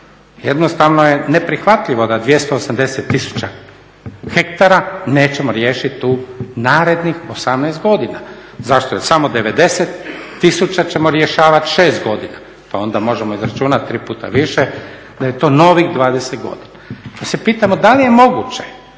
Jednostavno je neprihvatljivo da 280 tisuća hektara nećemo riješiti u narednih 18 godina. zašto? Jer samo 90 tisuća ćemo rješavati 6 godina, pa onda možemo izračunati tri puta više da je to novih 20 godina. Pa se pitamo da li je moguće